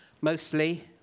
Mostly